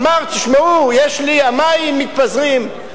אמר: תשמעו, המים מתפזרים.